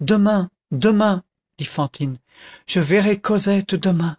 demain demain dit fantine je verrai cosette demain